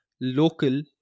local